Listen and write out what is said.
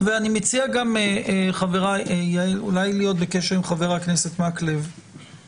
ואני גם מציע אולי להיות בקשר עם חבר הכנסת מקלב וצוותו